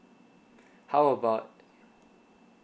how about